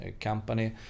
company